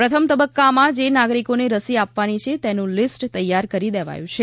પ્રથમ તબક્કામાં જે નાગરિકોને રસી આપવાની છે તેનું લીસ્ટ તૈયાર કરી દેવાયું છે